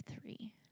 three